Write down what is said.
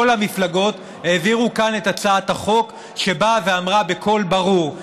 המפלגות העבירו כאן את הצעת החוק שבאה ואמרה בקול ברור: